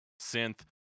synth